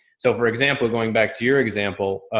so for example, going back to your example,